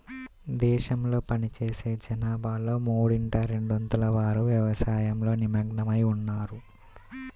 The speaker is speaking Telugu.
దేశంలో పనిచేసే జనాభాలో మూడింట రెండొంతుల వారు వ్యవసాయంలో నిమగ్నమై ఉన్నారు